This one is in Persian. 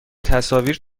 تصاویر